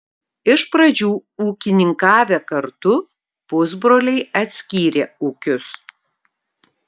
iš pradžių ūkininkavę kartu pusbroliai atskyrė ūkius